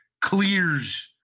Clears